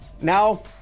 Now